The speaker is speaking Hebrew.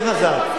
יותר חזק.